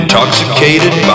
Intoxicated